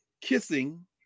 kissing